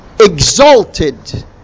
exalted